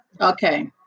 Okay